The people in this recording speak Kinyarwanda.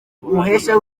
umuhesha